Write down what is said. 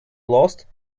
lost